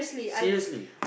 seriously